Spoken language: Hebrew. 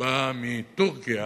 בא מטורקיה,